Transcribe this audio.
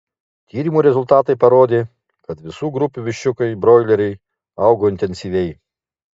tyrimų rezultatai parodė kad visų grupių viščiukai broileriai augo intensyviai